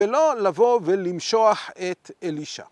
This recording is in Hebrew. ‫ולא לבוא ולמשוח את אלישע.